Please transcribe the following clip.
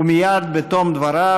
ומייד בתום דבריו,